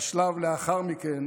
והשלב לאחר מכן